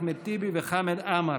אחמד טיבי וחמד עמאר.